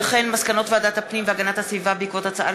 מסקנות ועדת הפנים והגנת הסביבה בעקבות דיון בהצעה